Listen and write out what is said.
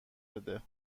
بده